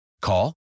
Call